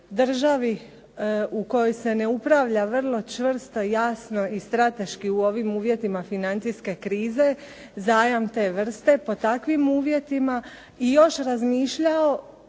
državi u kojoj se ne upravlja vrlo čvrsto i jasno i strateški u ovim uvjetima financijske krize, zajam te vrste pod takvim uvjetima i još razmišljao